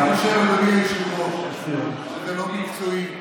אני חושב, אדוני היושב-ראש, שזה לא מקצועי,